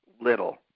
little